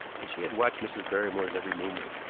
and she had watched mrs. barrymore's every movement.